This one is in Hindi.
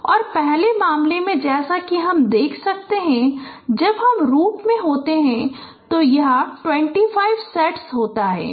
और पहले मामले में जैसा कि हम देख सकते हैं कि जब हम रूट में होते हैं तो यह 25 सेट होता है